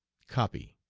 copy.